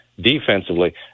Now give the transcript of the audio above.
defensively